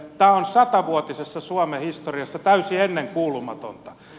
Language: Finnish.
tämä on satavuotisessa suomen historiassa täysin ennenkuulumatonta